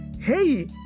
hey